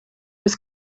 was